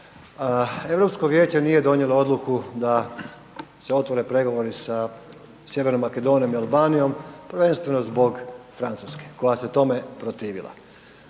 EU vijeće nije donijelo odluku da se otvore pregovori sa Sjevernom Makedonijom i Albanijom, prvenstveno zbog Francuske, koja se tome protivila.